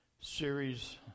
series